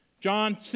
John